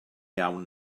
iawn